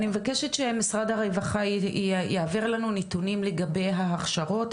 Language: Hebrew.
אני מבקשת שמשרד הרווחה יעביר לנו נתונים לגבי ההכשרות,